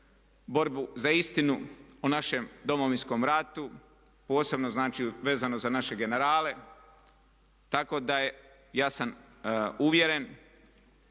borbu za istinu o našem Domovinskom ratu, posebno znači vezano za naše generale. Tako da ja sam uvjeren,